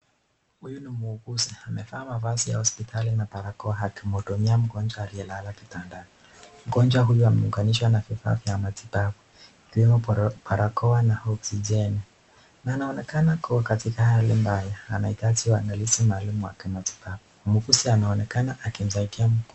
Huyu ni muuguzi amevaa mavazi ya hospitali na barakoa akimuhudumia mgonjwa aliye lala kitandani, mgonjwa huyu ameunganishwa na vifaa vya matibabu , ikiwemo barakoa na oxigeni,(cs), na anaonekana kuwa katika hali mbaya anaitaji uangaliIizi maalumu wa kimatibabu, muuguzi anaonekana akimsaidia .